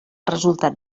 resultat